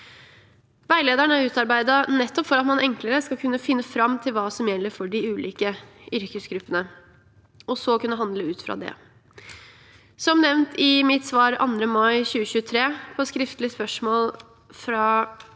Veilederen er utarbeidet nettopp for at man enklere skal kunne finne fram til hva som gjelder for de ulike yrkesgruppene, og så kunne handle ut fra det. Som nevnt i mitt svar 2. mai 2023 på skriftlig spørsmål fra